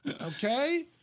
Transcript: Okay